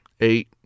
eight